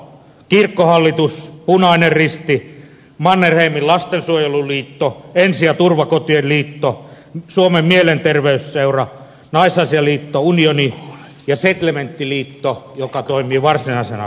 kirkkohallitus punainen risti mannerheimin lastensuojeluliitto ensi ja turvakotien liitto suomen mielenterveysseura naisasialiitto unioni ja setlementtiliitto joka toimii varsinaisena koordinaattorina